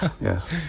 Yes